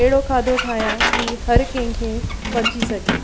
अहिड़ो खाधो ठाहियां की हर कंहिंखे पची सघे